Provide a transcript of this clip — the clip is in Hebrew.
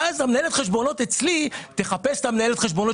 ואז מנהלת החשבונות אצלי תחפש את מנהלת החשבונות